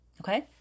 Okay